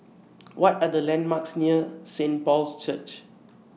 What Are The landmarks near Saint Paul's Church